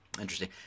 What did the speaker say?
Interesting